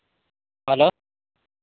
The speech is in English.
hello